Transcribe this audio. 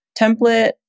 template